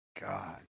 God